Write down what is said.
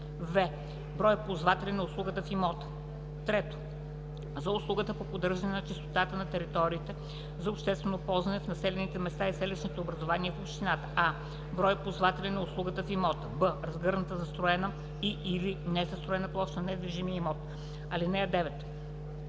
в) брой ползватели на услугата в имота; 3. за услугата по поддържане на чистотата на териториите за обществено ползване в населените места и селищните образувания в общината: а) брой ползватели на услугата в имота; б) разгъната застроена и/или незастроена площ на недвижимия имот. (9)